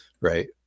right